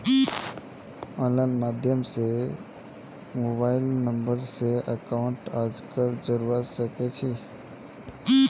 online माध्यम स mobile number स अकाउंटक आजकल जोडवा सके छी